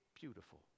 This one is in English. beautiful